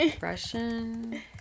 Russian